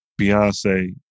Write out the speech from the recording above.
Beyonce